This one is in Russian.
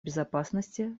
безопасности